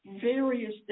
various